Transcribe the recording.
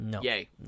yay